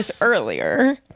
earlier